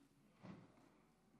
חברי כנסת,